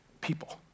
people